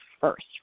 first